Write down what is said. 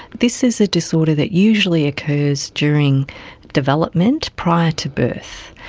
this is a disorder that usually occurs during development prior to birth.